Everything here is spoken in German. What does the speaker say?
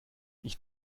ich